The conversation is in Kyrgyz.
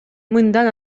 мындан